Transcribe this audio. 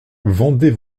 vendez